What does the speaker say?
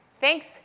Thanks